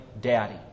daddy